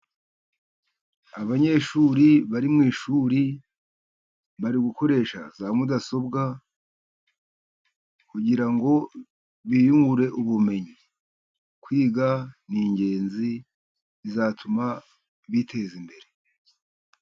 Abanyeshuri bari mu ishuri bari gukoresha za mudasobwa kugira ngo biyungure ubumenyi, kwiga ni ingenzi bizatuma biteza imbere.